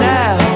now